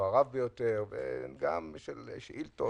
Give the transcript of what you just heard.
גם של שאילתות,